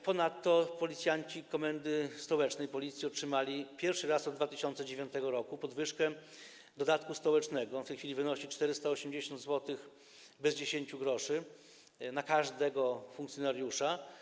Ponadto policjanci z Komendy Stołecznej Policji otrzymali pierwszy raz od 2009 r. podwyżkę dodatku stołecznego, on w tej chwili wynosi 480 zł bez 10 gr na każdego funkcjonariusza.